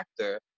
actor